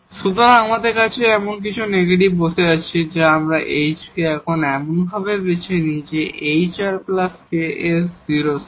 সুতরাং আমাদের এখানে এখন কিছু নেগেটিভ বসে আছে এবং আমরা এই h কে এখন এমনভাবে বেছে নিই যে hrks 0 এর সমান